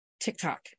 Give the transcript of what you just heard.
TikTok